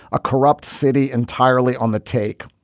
a corrupt city entirely on the take.